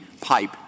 pipe